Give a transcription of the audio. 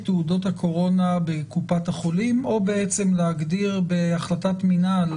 תעודות הקורונה בקופת החולים או בעצם להגדיר בהחלטת מנהל,